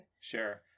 Sure